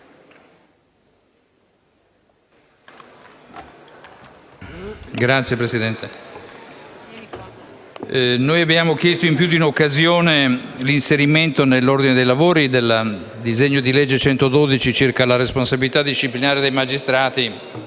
abbiamo chiesto in più di un'occasione l'inserimento nel calendario dei lavori del disegno di legge n. 112, circa la responsabilità disciplinare dei magistrati,